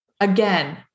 again